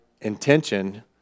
intention